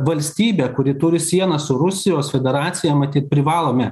valstybė kuri turi sieną su rusijos federacija matyt privalome